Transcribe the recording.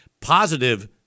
positive